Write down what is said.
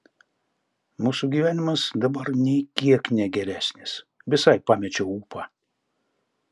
mūsų gyvenimas dabar nei kiek ne geresnis visai pamečiau ūpą